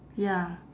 ya